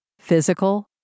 physical